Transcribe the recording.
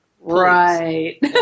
Right